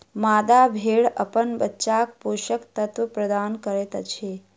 मादा भेड़ अपन बच्चाक पोषक तत्व प्रदान करैत अछि